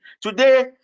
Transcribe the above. today